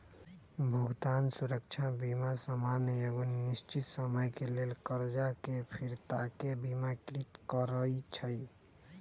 भुगतान सुरक्षा बीमा सामान्य एगो निश्चित समय के लेल करजा के फिरताके बिमाकृत करइ छइ